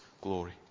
glory